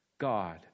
God